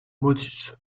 motus